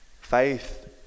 faith